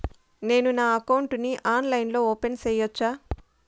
నేను నా అకౌంట్ ని ఆన్లైన్ లో ఓపెన్ సేయొచ్చా?